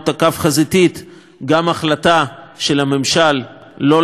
גם את ההחלטה של הממשל לא להטיל וטו,